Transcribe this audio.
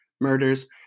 murders